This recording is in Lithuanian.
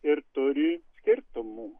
ir turi skirtumų